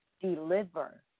deliver